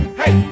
hey